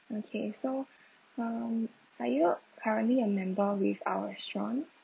okay so um are you currently a member with our restaurant